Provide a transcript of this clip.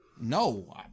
no